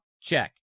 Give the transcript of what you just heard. Check